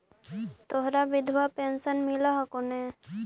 तोहरा विधवा पेन्शन मिलहको ने?